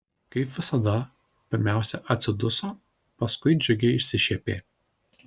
kaip visada pirmiausia atsiduso paskui džiugiai išsišiepė